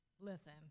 Listen